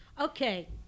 okay